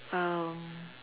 um